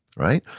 right?